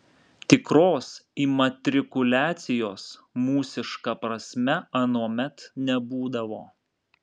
tikros imatrikuliacijos mūsiška prasme anuomet nebūdavo